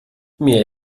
mir